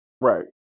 Right